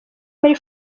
muri